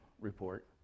report